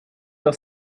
your